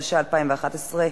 התשע"א 2011,